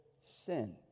sin